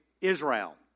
Israel